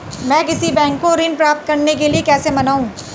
मैं किसी बैंक को ऋण प्राप्त करने के लिए कैसे मनाऊं?